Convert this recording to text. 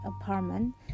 apartment